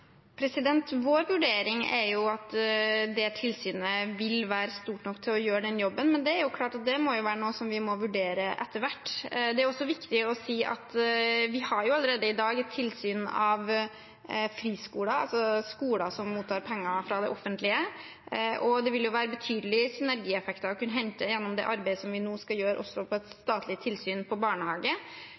Vår vurdering er at det tilsynet vil være stort nok til å gjøre den jobben, men det er klart at det vil være noe vi må vurdere etter hvert. Det er også viktig å si at vi allerede i dag har et tilsyn med friskoler, altså skoler som mottar penger fra det offentlige, og det vil være betydelige synergieffekter å kunne hente gjennom det arbeidet vi nå også skal gjøre med et statlig tilsyn